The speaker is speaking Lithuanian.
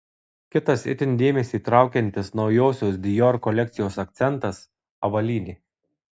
kitas itin dėmesį traukiantis naujosios dior kolekcijos akcentas avalynė